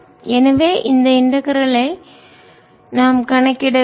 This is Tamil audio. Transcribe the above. எனவே இந்த இன்டகரல் ஐ ஒருங்கிணைப்பை நாம் கணக்கிட வேண்டும்